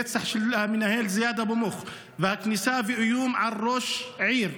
אם הרצח של המנהל זיאד אבו מוך והכניסה והאיום על ראש עירייה